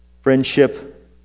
Friendship